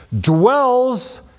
dwells